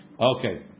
Okay